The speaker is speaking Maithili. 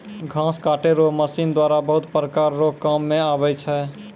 घास काटै रो मशीन द्वारा बहुत प्रकार रो काम मे आबै छै